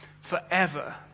forever